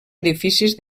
edificis